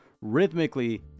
rhythmically